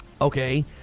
okay